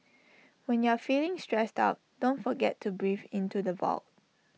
when you are feeling stressed out don't forget to breathe into the void